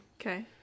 Okay